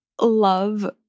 love